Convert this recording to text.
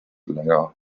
länger